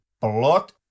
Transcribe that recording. plot